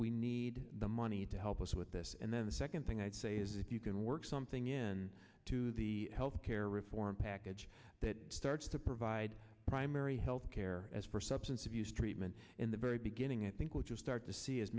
we need the money to help us with this and then the second thing i'd say is if you can work something in to the health care reform package that starts to provide primary health care as for substance abuse treatment in the very beginning i think what you'll start to see is